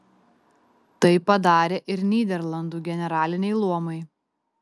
tai padarė ir nyderlandų generaliniai luomai